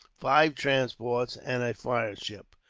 five transports, and a fire ship,